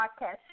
Podcast